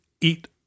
eat